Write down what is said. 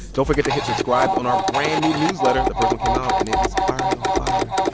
don't forget to hit subscribe on our brand-new newsletter. the first one came out, and it was fire, y'all fire